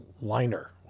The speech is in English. liner